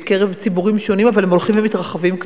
בקרב ציבורים שונים, אבל הם הולכים ומתרחבים קצת,